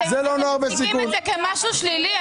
אתם רואים את זה כמשהו שלילי,